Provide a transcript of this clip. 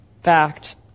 fact